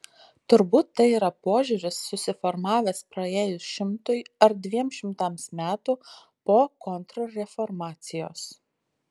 turbūt tai yra požiūris susiformavęs praėjus šimtui ar dviem šimtams metų po kontrreformacijos